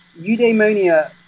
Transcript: eudaimonia